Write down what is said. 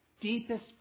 deepest